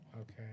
Okay